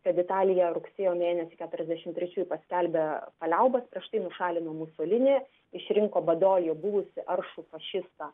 kad italija rugsėjo mėnesį keturiasdešimt trečiųjų paskelbė paliaubas prieš tai nušalino musolinį išrinko padojoje buvusį aršų fašistą